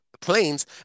planes